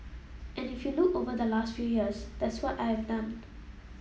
and if you look over the last few years that's what I have done